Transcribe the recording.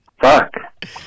Fuck